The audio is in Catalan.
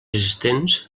assistents